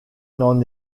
n’en